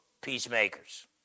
peacemakers